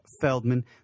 Feldman